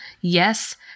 Yes